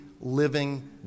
living